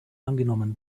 angenommen